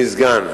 אני סגן.